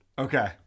Okay